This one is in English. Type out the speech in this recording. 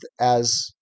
as-